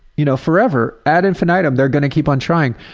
you know, forever, ad infinitum, they're gonna keep on trying.